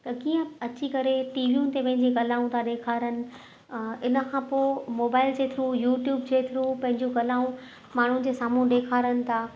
त कीअं अची करे टीवीयुनि ते पंहिंजी कलाऊं था ॾेखारीनि इन खां पोइ मोबाइल जे थ्रू यूट्यूब जे थ्रू पंहिंजूं कलाऊं माण्हू जे साम्हूं ॾेखारीनि था